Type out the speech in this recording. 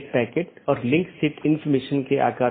यह BGP का समर्थन करने के लिए कॉन्फ़िगर किया गया एक राउटर है